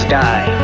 die